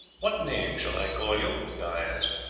what name shall i call you? guy asked.